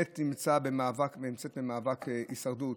הקואליציה באמת נמצאת במאבק הישרדות.